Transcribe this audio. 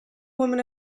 woman